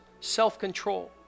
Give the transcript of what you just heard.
self-control